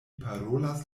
parolas